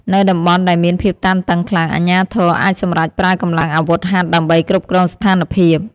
នៅតំបន់ដែលមានភាពតានតឹងខ្លាំង អាជ្ញាធរអាចសម្រេចប្រើកម្លាំងអាវុធហត្ថដើម្បីគ្រប់គ្រងស្ថានភាព។